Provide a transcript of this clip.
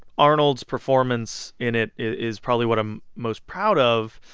arnold's performance in it is probably what i'm most proud of,